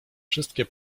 wszystkie